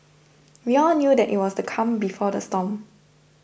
we all knew that it was the calm before the storm